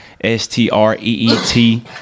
S-T-R-E-E-T